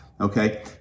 Okay